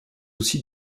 aussi